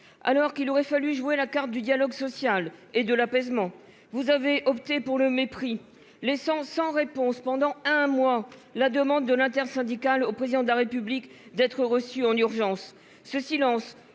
alors qu'il aurait fallu jouer la carte du dialogue social et de l'apaisement. Vous avez opté pour le mépris, l'essence sans réponse pendant un mois la demande de l'intersyndicale au président de la République d'être reçus en urgence ce silence